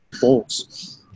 balls